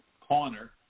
corner